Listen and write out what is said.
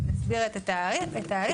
אסביר את התהליך.